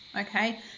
okay